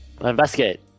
Investigate